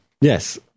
yes